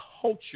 culture